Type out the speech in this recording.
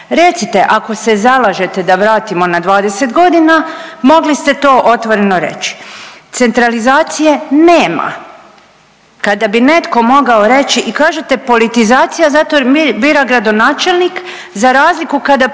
Recite ako se zalažete da vratimo na 20 godina mogli ste to otvoreno reći. Centralizacije nema, kada bi netko mogao reći i kažete politizacija zato jer bira gradonačelnik za razliku kada